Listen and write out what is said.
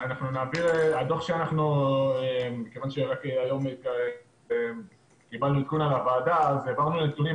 מכיוון שרק היום קיבלנו עדכון על הוועדה אז העברנו נתונים,